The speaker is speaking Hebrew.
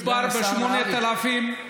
מדובר ב-8,000,